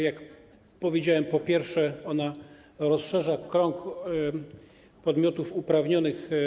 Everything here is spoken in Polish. Jak powiedziałem, przede wszystkim ona rozszerza krąg podmiotów uprawnionych.